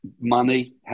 Money